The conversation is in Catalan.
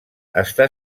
està